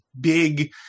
big